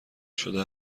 شده